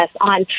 on